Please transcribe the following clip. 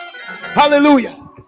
Hallelujah